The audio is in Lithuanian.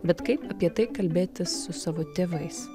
bet kaip apie tai kalbėtis su savo tėvais